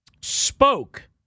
spoke